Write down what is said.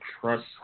trust